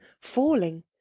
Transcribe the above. falling